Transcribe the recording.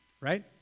right